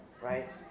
right